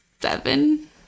seven